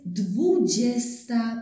dwudziesta